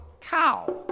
cow